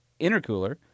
intercooler